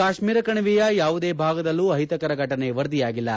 ಕಾಶ್ನೀರ ಕಣಿವೆಯ ಯಾವುದೇ ಭಾಗದಲ್ಲೂ ಅಹಿತಕರ ಫಟನೆ ವರದಿಯಾಗಿಲ್ಲ